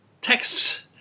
Texts